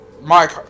Mike